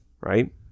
Right